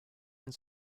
and